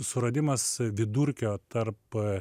suradimas vidurkio tarp